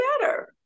better